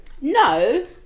No